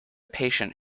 patient